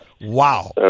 wow